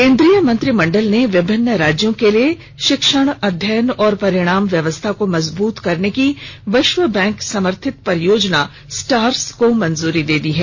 केंद्रीय मंत्रिमंडल ने विभिन्न राज्यों के लिए शिक्षण अध्ययन और परिणाम व्यवस्था को मजबूत करने की विश्व बैंक समर्थित परियोजना स्टार्स को भी मंजूरी दे दी है